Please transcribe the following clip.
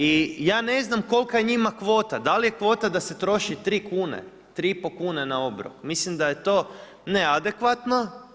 I ja ne znam kolika je njima kvota, da li je kvota da se troši 3 kune, 3,5 kune na obrok, mislim da je to neadekvatno.